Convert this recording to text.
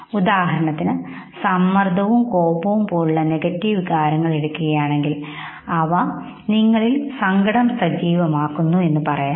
ഉദാഹരണത്തിന് സമ്മർദ്ദവറും കോപവും പോലുള്ള നെഗറ്റീവ് വികാരങ്ങൾ എടുക്കുകയാണെങ്കിൽ അവ നിങ്ങളിൽ സങ്കടം സജീവമാക്കുമെന്ന് പറയാം